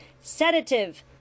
SEDATIVE